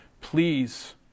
Please